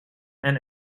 and